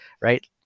right